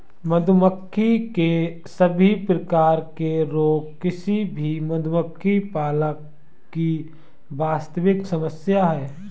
मधुमक्खी के सभी प्रकार के रोग किसी भी मधुमक्खी पालक की वास्तविक समस्या है